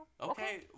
Okay